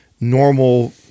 normal